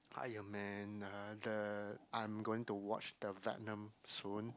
Iron Man ah the I'm going to watch the Venom soon